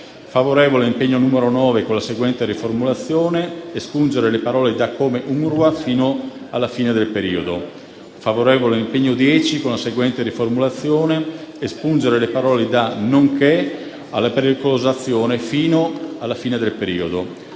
favorevole sull'impegno numero 9 con la seguente riformulazione: espungere le parole da «come UNRWA» fino alla fine del periodo. Esprime parere favorevole sull'impegno 10 con la seguente riformulazione: espungere le parole da «nonché alla pericolosa azione» fino alla fine del periodo.